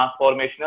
transformational